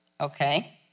okay